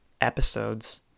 episodes